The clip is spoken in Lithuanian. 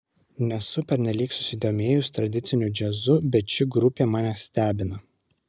nesu pernelyg susidomėjus tradiciniu džiazu bet ši grupė mane stebina